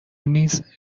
نیز